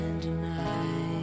tonight